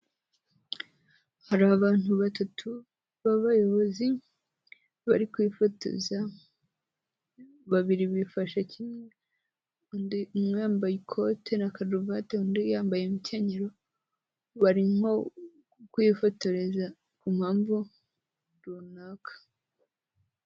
Hari abantu 3 b'abayobozi bari kwifotoza babiri bifashe kimwe undi umwembaye ikote na karuvati undi yambaye imikenyero bari nko kukwifotoreza ku mpamvu runaka.